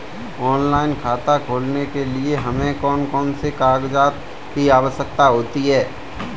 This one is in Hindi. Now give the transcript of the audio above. ऑनलाइन खाता खोलने के लिए हमें कौन कौन से कागजात की आवश्यकता होती है?